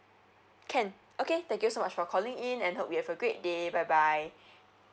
can okay thank you so much for calling in and hope you have a great day bye bye